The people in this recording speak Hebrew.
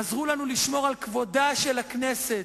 עזרו לנו לשמור על כבודה של הכנסת.